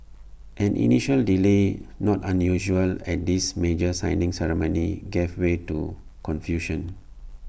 an initial delay not unusual at these major signing ceremonies gave way to confusion